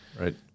Right